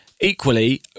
equally